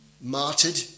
martyred